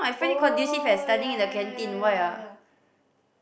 oh yeah yeah yeah yeah yeah yeah yeah